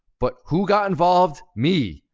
but who got involved? me.